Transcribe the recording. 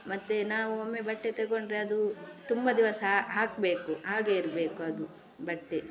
ಮತ್ತೆ ನಾವು ಒಮ್ಮೆ ಬಟ್ಟೆ ತಗೊಂಡ್ರೆ ಅದು ತುಂಬ ದಿವಸ ಹಾಕಬೇಕು ಹಾಗೆ ಇರಬೇಕು ಅದು ಬಟ್ಟೆ